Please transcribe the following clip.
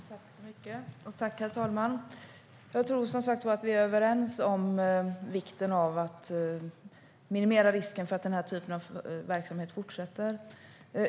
Herr talman! Tack så mycket, Boriana Åberg! Jag tror som sagt var att vi är överens om vikten av att minimera risken för att den här typen av verksamhet fortsätter.